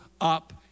up